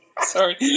sorry